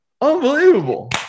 Unbelievable